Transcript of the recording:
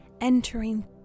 entering